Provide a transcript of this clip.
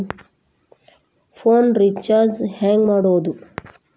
Phone recharge ಹೆಂಗೆ ಮಾಡೋದು?